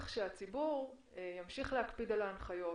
שהציבור ימשיך להקפיד על שמירת ההנחיות,